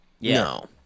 no